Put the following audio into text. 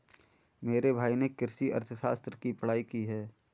मेरे भाई ने कृषि अर्थशास्त्र की पढ़ाई की है